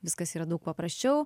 viskas yra daug paprasčiau